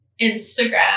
Instagram